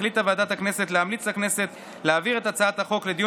החליטה ועדת הכנסת להמליץ לכנסת להעביר את הצעת החוק לדיון